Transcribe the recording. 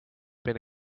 been